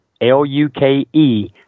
L-U-K-E